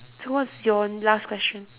so what's your last question